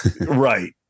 Right